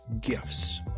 gifts